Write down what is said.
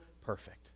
perfect